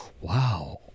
wow